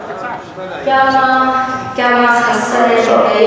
וזה מה שאת מתכננת,